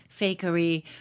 fakery